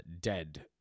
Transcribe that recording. dead